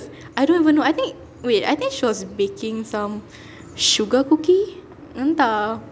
I don't even know I think wait I think she was baking some sugar cookie entah